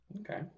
Okay